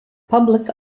public